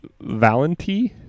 Valenti